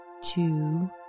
two